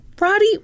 Roddy